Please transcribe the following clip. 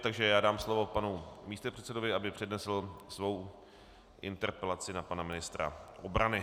Takže já dám slovo panu místopředsedovi, aby přednesl svou interpelaci na pana ministra obrany.